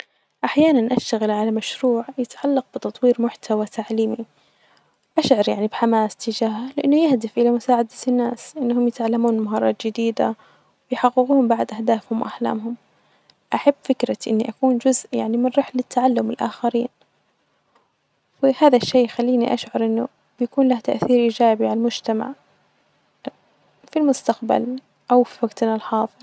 أدعم جمعية حماية الطفل، لأنهم يعملون علي حماية الأطفال وتوفير بيئة آمنة لهم أعتبر هدفهم مهم جدا لأنه يعكس أهمية رعاية الأطفال وظمان بعد حجوجهم، كل طفل يستحق إن هو ينشأ في بيئة صحية وآمنة وهذه الجمعية تسهم في تحقيق هذا الهدف، وهذا لامس جلبي بشكل كبير وهذه أكثر جمعية أدعمها.